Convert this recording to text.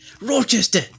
Rochester